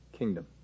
kingdom